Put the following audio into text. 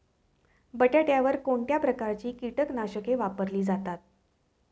बटाट्यावर कोणत्या प्रकारची कीटकनाशके वापरली जातात?